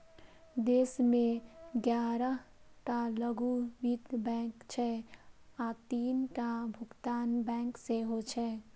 देश मे ग्यारह टा लघु वित्त बैंक छै आ तीनटा भुगतान बैंक सेहो छै